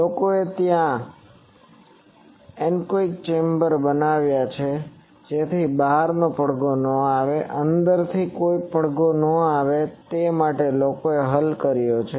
લોકોએ ત્યાં anechoic chamber બનાવ્યા છે અને જેથી બહારની પડઘો ન આવે અંદરથી કોઈ પડઘો ન આવે તે માટે લોકોએ હલ કર્યો છે